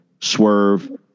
Swerve